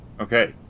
Okay